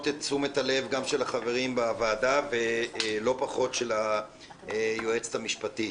את תשומת הלב גם של החברים בוועדה ולא פחות של היועצת המשפטית.